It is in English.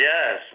Yes